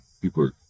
people